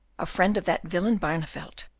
a friend of that villain barneveldt,